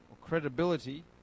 credibility